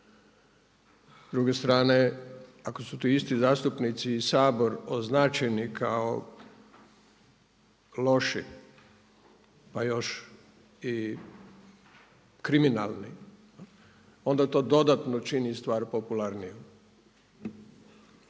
druge strane ako su to isti zastupnici i Sabor označeni kao loši, pa još i kriminalni, onda to dodatno čini stvar popularnijom.